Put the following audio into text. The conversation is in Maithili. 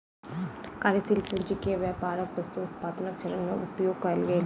कार्यशील पूंजी के व्यापारक वस्तु उत्पादनक चरण में उपयोग कएल गेल